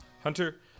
Hunter